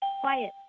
Quiet